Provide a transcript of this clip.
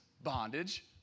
bondage